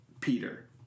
Peter